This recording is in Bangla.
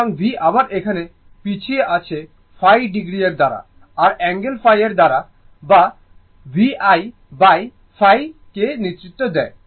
সুতরাং V আবার এখানে পিছিয়ে আছে ϕϕo এর দ্বারা আর অ্যাঙ্গেল ϕ এর দ্বারা বা v Iϕ কে নেতৃত্ব দেয়